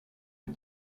est